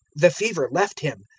the fever left him.